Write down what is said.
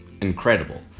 incredible